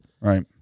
Right